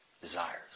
desires